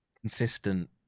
consistent